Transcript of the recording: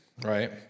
Right